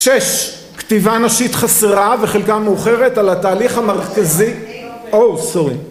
שש. כתיבה נשית חסרה וחלקה מאוחרת על התהליך המרכזי. או סורי